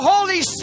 Holy